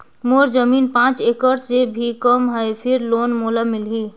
मोर जमीन पांच एकड़ से भी कम है फिर लोन मोला मिलही?